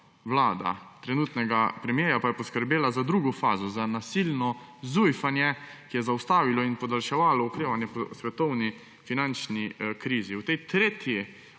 vlada trenutnega premierja pa je poskrbela za drugo fazo, za nasilno zujfanje, ki je zaustavilo in podaljševalo okrevanje po svetovni finančni krizi. V tretji